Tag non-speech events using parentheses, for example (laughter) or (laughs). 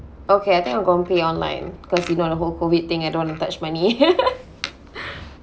okay I think I'm going to pay online cause you know the whole COVID thing and all don't touch money (laughs)